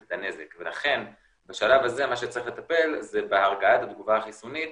את הנזק ולכן בשלב הזה מה שצריך לטפל זה בהרגעה של התגובה החיסונית